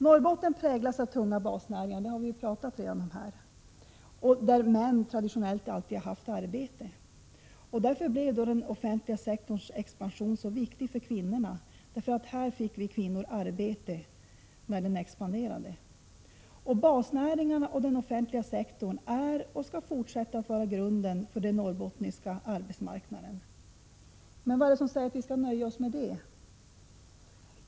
Norrbotten präglas av tunga basnäringar, som det har sagts tidigare, där män traditionellt alltid haft. arbete. Därför blev den offentliga sektorns expansion så viktig. Här fick nämligen många kvinnor arbete. Basnäringarna och den offentliga sektorn är och skall vara grunden för den norrbottniska arbetsmarknaden. Men vad är det som säger att vi skall nöja oss med det?